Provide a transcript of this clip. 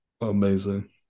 Amazing